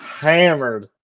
Hammered